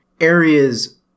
areas